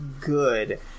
good